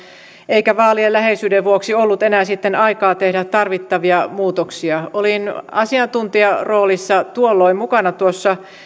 eikä vaalien läheisyyden vuoksi ollut enää sitten aikaa tehdä tarvittavia muutoksia olin asiantuntijaroolissa tuolloin mukana tuossa